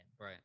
Right